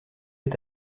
est